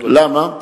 למה?